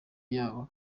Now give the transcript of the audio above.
yabo